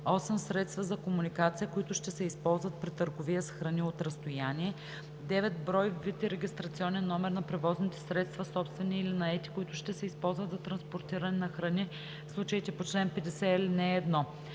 8. средства за комуникация, които ще се използват при търговия с храни от разстояние; 9. брой, вид и регистрационен номер на превозните средства, собствени или наети, които ще се използват за транспортиране на храни – в случаите по чл. 50, ал. 1; 10.